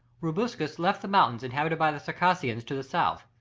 rubruquis left the mountains inhabited by the circassians to the south,